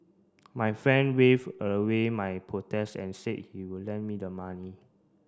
my friend waved away my protests and said he would lend me the money